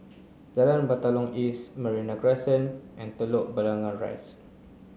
Jalan Batalong East Merino Crescent and Telok Blangah Rise